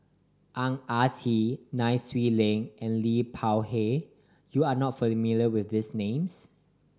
Ang Ah Tee Nai Swee Leng and Liu Peihe you are not familiar with these names